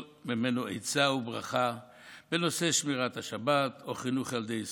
ממנו עצה וברכה בנושאי שמירת השבת או חינוך ילדי ישראל,